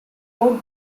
rode